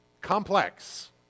complex